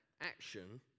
action